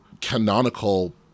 canonical